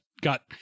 got